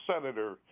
senator